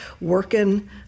working